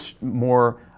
more